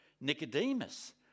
Nicodemus